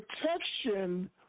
protection